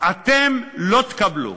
אתם לא תקבלו.